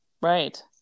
right